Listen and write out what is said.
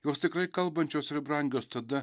jos tikrai kalbančios ir brangios tada